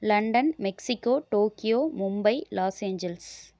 London Mexico Tokyo Mumbai Los Angeles